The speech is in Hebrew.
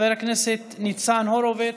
חבר הכנסת ניצן הורוביץ,